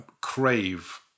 crave